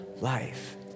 life